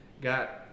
got